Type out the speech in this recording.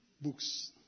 Books